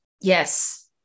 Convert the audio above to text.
Yes